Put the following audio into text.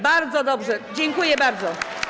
Bardzo dobrze, dziękuję bardzo.